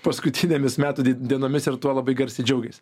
paskutinėmis metų d dienomis ir tuo labai garsiai džiaugėsi